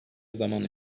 zaman